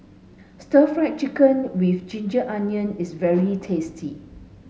stir fry chicken with ginger onion is very tasty